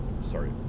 sorry